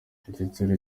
igitsure